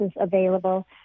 available